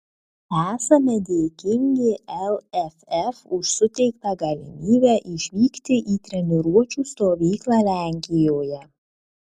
esame dėkingi lff už suteiktą galimybę išvykti į treniruočių stovyklą lenkijoje